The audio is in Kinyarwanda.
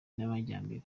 n’amajyambere